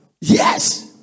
yes